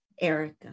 Erica